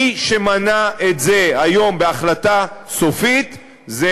מי שמנע את זה היום בהחלטה סופית זה